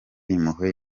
impuhwe